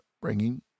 bringing